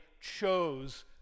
chose